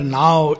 now